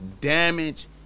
damage